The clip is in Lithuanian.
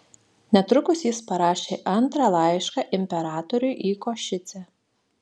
netrukus jis parašė antrą laišką imperatoriui į košicę